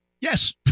Yes